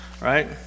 right